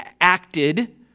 acted